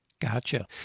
Gotcha